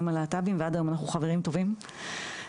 הלהט"בים ועד היום אנחנו חברים טובים והקשר.